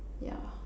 yeah